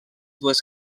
dues